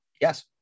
Yes